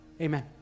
Amen